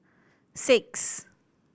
six